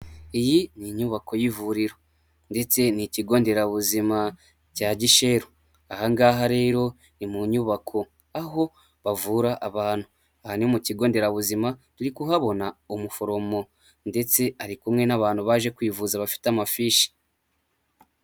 Iyi ni inyubako y'ivuriro ndetse ni ikigo nderabuzima cya Gisheru. Aha ngaha rero ni mu nyubako aho bavura abantu, aha ni mu kigo nderabuzima turi kuhabona umuforomo ndetse ari kumwe n'abantu baje kwivuza bafite amafishi.